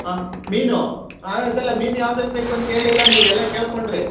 ಹಾಂ ಮೀನು ಹಾಂ ಅದಲ್ಲ ಮೀನು ಯಾವ್ದು ಯಾವ್ದು ಬೇಕು ಅಂತ ಹೇಳಿಲ್ಲ ನೀವು ಎಲ್ಲ ಕೇಳಿಕೊಂಡ್ರಿ